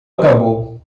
acabou